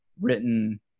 written